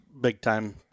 big-time